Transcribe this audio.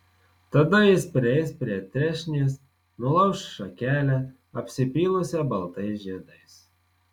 tada jis prieis prie trešnės nulauš šakelę apsipylusią baltais žiedais